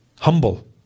humble